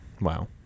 Wow